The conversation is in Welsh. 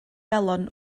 galon